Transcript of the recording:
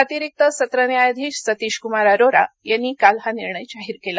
अतिरिक्त सत्र न्यायाधीश सतीश कुमार अरोरा यांनी काल हा निर्णय जाहीर केला